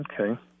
Okay